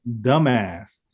dumbass